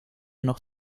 noch